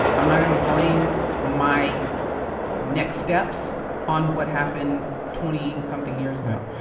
i'm not gonna blame my next steps on what happened twenty-something years ago.